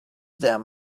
damn